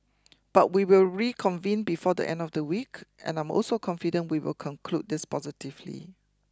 but we will reconvene before the end of the week and I'm also confident we will conclude this positively